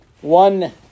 one